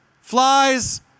flies